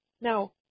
Now